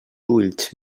ulls